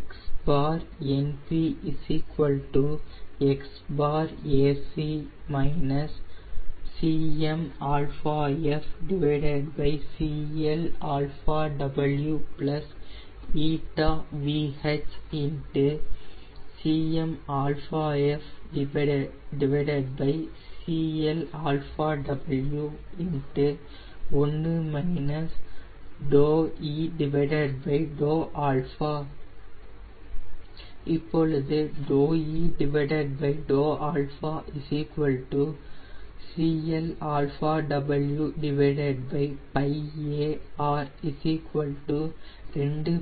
XNP Xac CmfCLW 𝜂VH CmfCLW 1 𝜕𝜖 𝜕𝛼 இப்பொழுது 𝜕𝜖 𝜕𝛼 CLɑWπAR 2 4